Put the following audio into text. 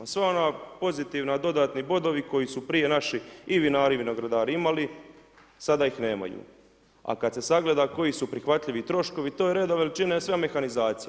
Sva ona pozitivna, dodatni bodovi, koji su prije naših i vinari i vinogradari imali, sada ih nemaju. a kad se sagleda koji su prihvatljivi troškovi, to je ... mehanizacija.